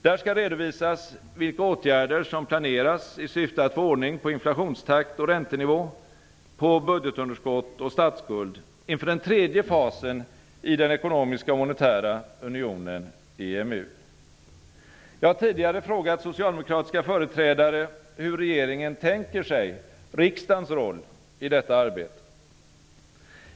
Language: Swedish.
Där skall redovisas vilka åtgärder som planeras i syfte att få ordning på inflationstakt och räntenivå, på budgetunderskott och statsskuld inför den tredje fasen i den ekonomiska och monetära unionen, EMU. Jag har tidigare frågat socialdemokratiska företrädare hur regeringen tänker sig riksdagens roll i detta arbete.